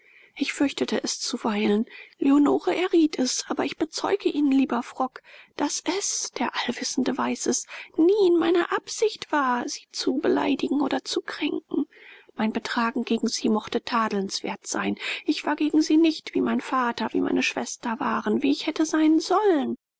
ich fürchtete es zuweilen leonore erriet es aber ich bezeuge ihnen lieber frock daß es der allwissende weiß es nie in meiner absicht war sie zu beleidigen oder zu kränken mein betragen gegen sie mochte tadelnswert sein ich war gegen sie nicht wie mein vater wie meine schwester waren wie ich hätte sein sollen